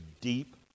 deep